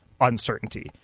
uncertainty